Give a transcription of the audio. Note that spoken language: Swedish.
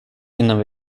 innan